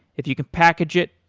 if you can package it,